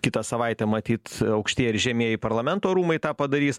kitą savaitę matyt aukštieji ir žemieji parlamento rūmai tą padarys